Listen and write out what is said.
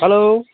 hello